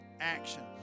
action